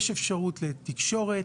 יש אפשרות לתקשורת.